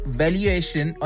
valuation